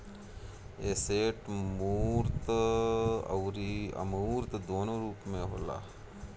asset मूर्त अउरी अमूर्त दूनो रूप में होला